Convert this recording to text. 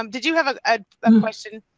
um did you have a ah um question.